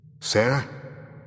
Sarah